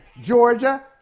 Georgia